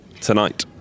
tonight